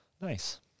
Nice